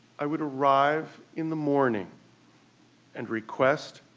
i would arrive in the morning and request,